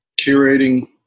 curating